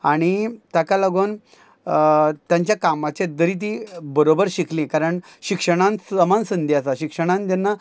आनी ताका लागून तांच्या कामाचे जरी तीं बरोबर शिकलीं कारण शिक्षणान समान संदी आसा शिक्षणान जेन्ना